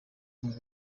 umwe